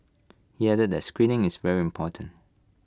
he added that screening is very important